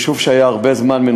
והוא היה מנותק הרבה זמן.